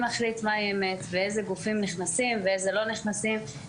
מחליט מה היא אמת ואיזה גופים נכנסים ואיזה לא נכנסים.